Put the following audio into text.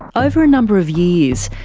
over a number of years,